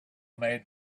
made